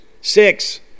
Six